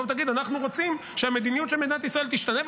תבוא ותגיד: אנחנו רוצים שהמדיניות של מדינת ישראל תשתנה,